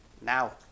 now